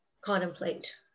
contemplate